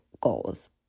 goals